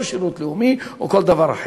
או שירות לאומי או כל דבר אחר.